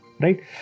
right